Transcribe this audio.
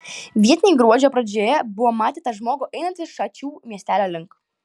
vietiniai gruodžio pradžioje buvo matę tą žmogų einantį šačių miestelio link